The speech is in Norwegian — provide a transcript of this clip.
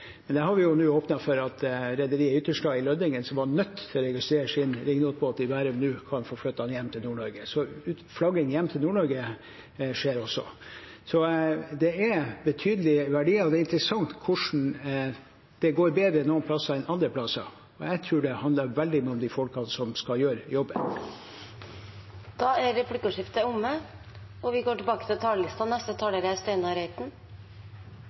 vi har nå åpnet for at rederiet Ytterstad i Lødingen, som var nødt til å registrere sin ringnotbåt i Bærum, nå kan få flytte den hjem til Nord-Norge. Så flagging hjem til Nord-Norge skjer også. Det er betydelige verdier, og det er interessant hvordan det noen plasser går bedre enn andre plasser. Jeg tror det handler veldig mye om de folkene som skal gjøre jobben. Replikkordskiftet er omme. Vi registrerer at Arbeiderpartiet bruker enhver anledning til